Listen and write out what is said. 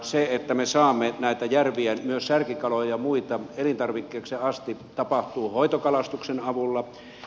se että me saamme myös näitä järvien särkikaloja ja muita elintarvikkeiksi asti tapahtuu hoitokalastuksen avulla